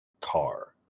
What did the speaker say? car